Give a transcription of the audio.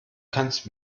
kannst